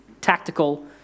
tactical